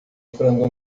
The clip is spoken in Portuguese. frango